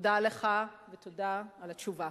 תודה לך, ותודה על התשובה.